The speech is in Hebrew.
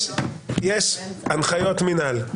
יש הנחיות מינהל,